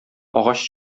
агач